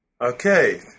Okay